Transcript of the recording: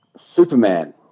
Superman